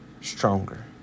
stronger